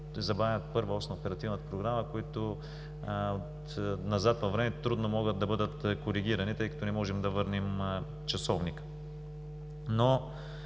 забавянията по Първа ос на Оперативната програма, които назад във времето трудно могат да бъдат коригирани, тъй като не можем да върнем часовника. По